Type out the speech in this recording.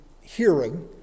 hearing